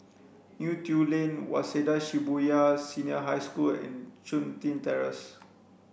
Neo Tiew Lane Waseda Shibuya Senior High School and Chun Tin Terrace